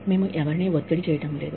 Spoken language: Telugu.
మేము ఎవరినీ ఒత్తిడి చేయటం లేదు